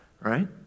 right